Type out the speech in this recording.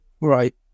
right